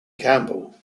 campbell